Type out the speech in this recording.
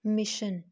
mission